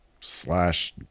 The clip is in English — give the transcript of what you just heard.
slash